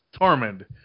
Tormund